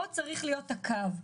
פה צריך להיות הקו.